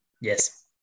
Yes